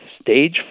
stage